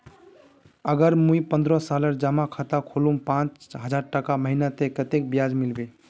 अगर मुई पन्द्रोह सालेर जमा खाता खोलूम पाँच हजारटका महीना ते कतेक ब्याज मिलबे?